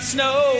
Snow